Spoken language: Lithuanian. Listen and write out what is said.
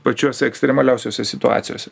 pačiose ekstremaliausiose situacijose